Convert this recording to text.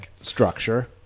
Structure